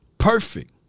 Perfect